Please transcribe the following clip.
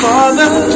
Father